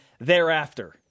thereafter